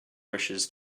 wishes